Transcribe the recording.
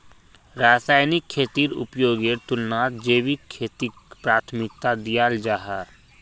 रासायनिक खेतीर उपयोगेर तुलनात जैविक खेतीक प्राथमिकता दियाल जाहा